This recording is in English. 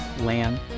land